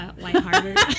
Lighthearted